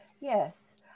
Yes